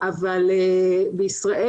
אבל בישראל,